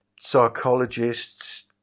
psychologists